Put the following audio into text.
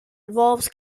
involves